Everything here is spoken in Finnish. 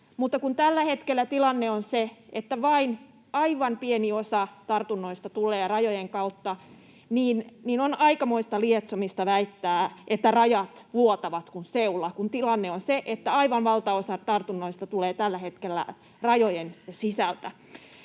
tällä hetkellä tilanne on se, että vain aivan pieni osa tartunnoista tulee rajojen kautta, niin on aikamoista lietsomista väittää, että rajat vuotavat kuin seula, kun tilanne on se, että aivan valtaosa tartunnoista tulee tällä hetkellä rajojen sisältä.